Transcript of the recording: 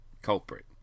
culprit